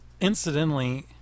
incidentally